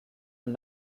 und